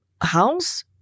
house